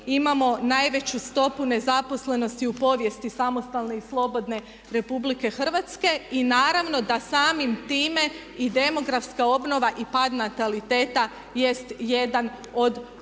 imamo najveću stopu nezaposlenosti u povijesti samostalne i slobodne Republike Hrvatske. I naravno da samim time i demografska obnova i pad nataliteta jest jedan od uzroka